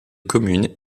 communes